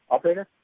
Operator